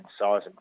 size